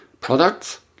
products